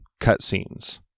cutscenes